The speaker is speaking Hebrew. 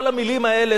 כל המלים האלה,